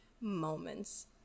moments